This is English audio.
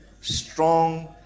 strong